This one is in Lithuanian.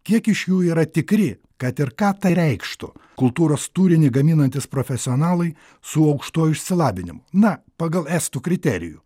kiek iš jų yra tikri kad ir ką tai reikštų kultūros turinį gaminantys profesionalai su aukštuoju išsilavinimu na pagal estų kriterijų